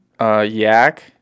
Yak